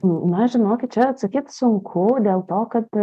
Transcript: na žinokit čia atsakyt sunku dėl to kad